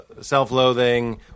self-loathing